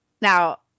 now